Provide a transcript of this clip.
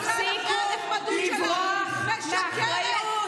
תפסיקו לברוח מאחריות.